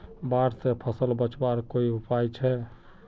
बाढ़ से फसल बचवार कोई उपाय छे?